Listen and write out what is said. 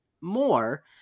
more